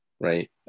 right